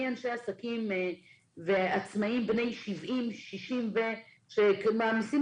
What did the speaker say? מאנשי עסקים ועצמאים בני 70-60 שמעמיסים